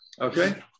Okay